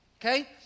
Okay